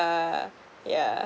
uh yeah